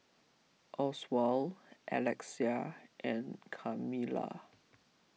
Oswald Alexia and Carmella